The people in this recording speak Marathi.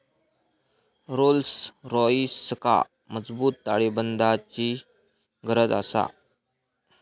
रोल्स रॉइसका मजबूत ताळेबंदाची गरज आसा